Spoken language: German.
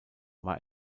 war